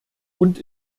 und